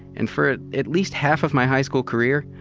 and for at least half of my high school career,